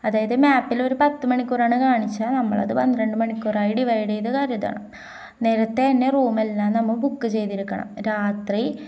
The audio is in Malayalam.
അതായത് മാപ്പിലൊരു പത്തു മണിക്കൂറാണ് കാണിക്കുന്നതെന്നുവച്ചാല് നമ്മളതു പന്ത്രണ്ടു മണിക്കൂറായി ഡിവൈഡ് ചെയ്തു കരുതണം നേരത്തെ തന്നെ റൂമെല്ലാം നമ്മള് ബുക്ക് ചെയ്തിരിക്കണം രാത്രി